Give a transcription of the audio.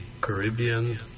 Caribbean